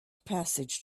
passage